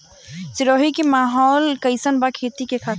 सिरोही के माहौल कईसन बा खेती खातिर?